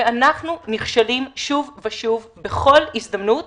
ואנחנו נכשלים שוב ושוב בכל הזדמנות.